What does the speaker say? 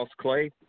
Clay